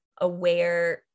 aware